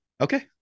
Okay